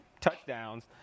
touchdowns